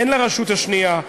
הן לרשות השנייה,